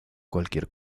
cualquier